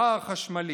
שער חשמלי,